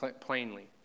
plainly